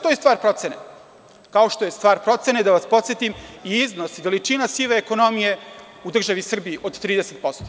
To je stvar procene, kao što je stvar procene, da vas podsetim i iznos i veličina sive ekonomije u državi Srbiji od 30%